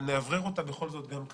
נאוורר אותה בכל זאת גם כאן.